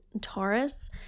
taurus